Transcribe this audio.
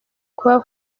kuba